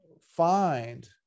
find